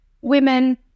women